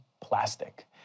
plastic